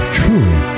truly